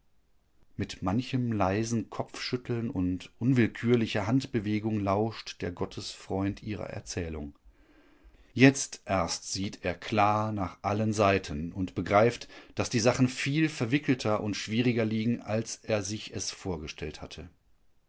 mit manchem leisem kopfschütteln und unwillkürlicher handbewegung lauscht der gottesfreund ihrer erzählung jetzt erst sieht er klar nach allen seiten und begreift daß die sachen viel verwickelter und schwieriger liegen als er sich es vorgestellt hatte